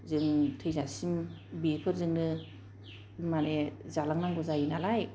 जों थैजासिम बेफोरजोंनो माने जालांनांगौ जायो नालाय